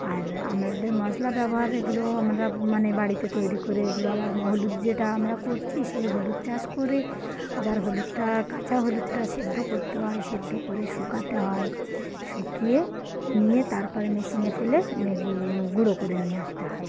আর আমাদের মশলা ব্যবহার এগুলো আমরা মানে বাড়িতে তৈরি করে এগুলো আবার হলুদ যেটা আমরা করছি সেই হলুদ চাষ করে আবার হলুদটা কাঁচা হলুদটা সেদ্ধ করতে হয় সেদ্ধ করে শুকাতে হয় শুকিয়ে নিয়ে তার পরে মেশিনে ফেলে গুঁড়ো করে নিয়ে আসতে হয়